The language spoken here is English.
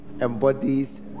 embodies